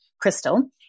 crystal